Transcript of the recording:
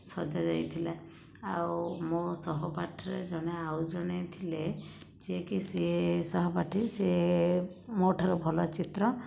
ସଜାଯାଇଥିଲା ଆଉ ମୋ ସହ ପାଠରେ ଜଣେ ଆଉ ଜଣେ ଥିଲେ ଯିଏକି ସିଏ ସହପାଠୀ ସିଏ ମୋ ଠାରୁ ଭଲ ଚିତ୍ର